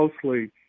closely